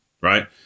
right